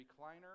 recliner